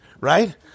right